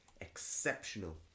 exceptional